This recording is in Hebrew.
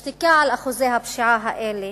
השתיקה על אחוזי הפשיעה האלה,